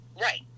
Right